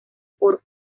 por